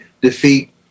defeat